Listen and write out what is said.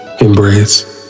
embrace